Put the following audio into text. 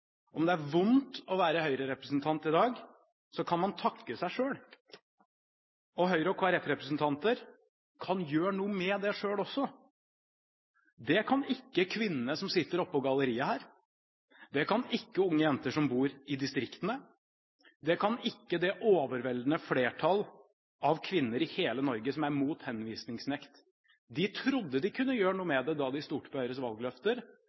Om det er vondt å være Høyre-representant i dag, kan man takke seg selv. Høyre- og Kristelig Folkeparti-representanter kan gjøre noe med det selv også. Det kan ikke kvinnene som sitter oppe på galleriet her. Det kan ikke unge jenter som bor i distriktene. Det kan ikke det overveldende flertall av kvinner i hele Norge som er mot henvisningsnekt. De trodde de kunne gjøre noe med det da de stolte på Høyres valgløfter.